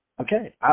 Okay